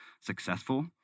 successful